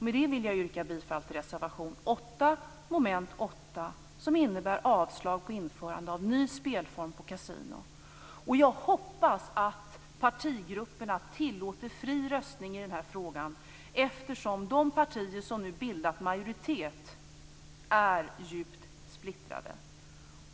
Med detta vill jag yrka bifall till reservation 8 under mom. 8, som innebär avslag på införande av ny spelform på kasino. Jag hoppas att partigrupperna tillåter fri röstning i den här frågan, eftersom de partier som nu bildat majoritet är djupt splittrade.